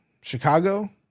Chicago